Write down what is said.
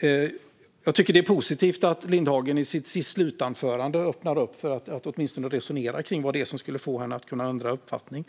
Det är positivt att Åsa Lindhagen öppnar för att åtminstone resonera kring vad som skulle kunna få henne att ändra uppfattning.